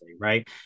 Right